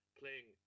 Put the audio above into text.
playing